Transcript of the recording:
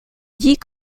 dis